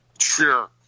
Sure